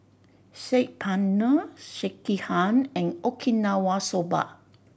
Saag Paneer Sekihan and Okinawa Soba